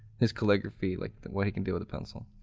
his calligraphy, like the way he can do with a pencil.